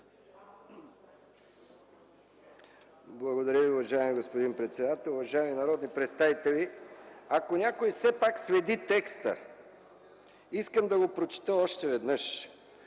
Благодаря Ви, уважаеми господин председател. Уважаеми народни представители, ако някой все пак следи текста, искам да го прочета още веднъж